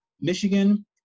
Michigan